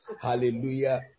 Hallelujah